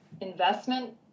investment